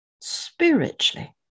Spiritually